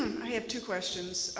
i have two questions.